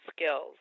skills